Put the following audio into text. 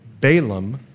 Balaam